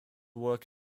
work